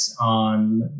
on